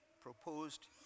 proposed